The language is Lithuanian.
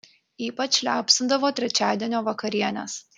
ypač liaupsindavo trečiadienio vakarienes